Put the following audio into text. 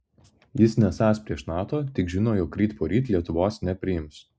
jis nesąs prieš nato tik žino jog ryt poryt lietuvos nepriims